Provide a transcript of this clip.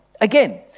Again